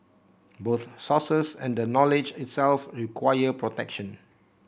both sources and the knowledge itself require protection